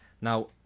Now